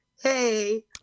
hey